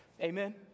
Amen